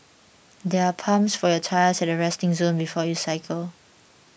there are pumps for your tyres at the resting zone before you cycle